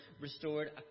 restored